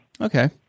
Okay